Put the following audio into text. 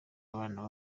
abana